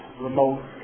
remote